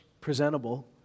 presentable